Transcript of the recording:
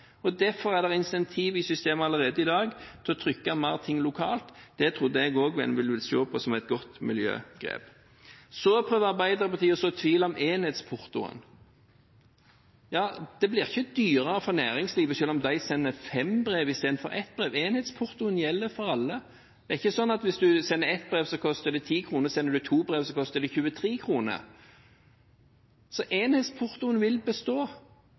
andre. Derfor er det incentiv i systemet allerede i dag til å trykke mer lokalt. Det trodde jeg også man ville se på som et godt miljøgrep. Så prøver Arbeiderpartiet å så tvil om enhetsportoen. Det blir ikke dyrere for næringslivet selv om de sender fem brev istedenfor ett brev. Enhetsportoen gjelder for alle. Det er ikke sånn at hvis du sender ett brev, koster det 10 kr, og sender du to brev, koster det 23 kr. Enhetsportoen vil bestå,